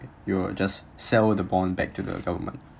you will just sell the bond back to the government